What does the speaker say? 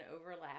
overlap